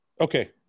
Okay